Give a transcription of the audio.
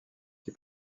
qui